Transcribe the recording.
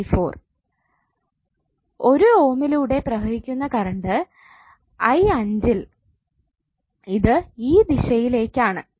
1 ഓമിലൂടെ പ്രവഹിക്കുന്ന കറണ്ട് 𝑖5 ഇൽ അത് ഈ ദിശയിലേക്ക് ആണ്